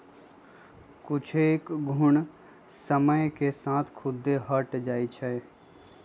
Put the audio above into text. कुछेक घुण समय के साथ खुद्दे हट जाई छई